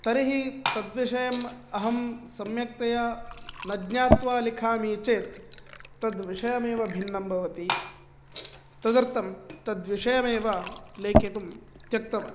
तर्हि तद्विषयम् अहं सम्यक्तया न ज्ञात्वा लिखामि चेत् तद्विषयमेव भिन्नं भवति तदर्थं तद्विषयमेव लेखितुं त्यक्तवान्